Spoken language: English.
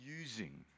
using